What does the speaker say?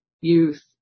youth